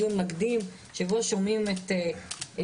דיון מקדים שבו אנחנו שומעים את מיטב